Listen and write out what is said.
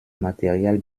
material